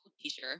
teacher